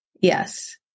Yes